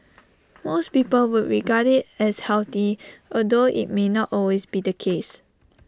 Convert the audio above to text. most people would regard IT as healthy although IT may not always be the case